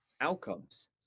outcomes